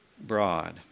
broad